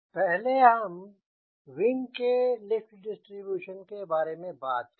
पहले हम विंग के लिफ्ट डिस्ट्रीब्यूशन के बारे में बात करें